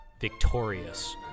victorious